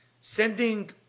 Sending